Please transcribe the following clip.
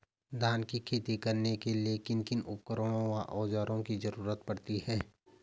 धान की खेती करने के लिए किन किन उपकरणों व औज़ारों की जरूरत पड़ती है?